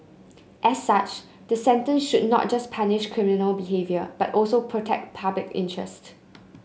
as such the sentence should not just punish criminal behaviour but also protect public interest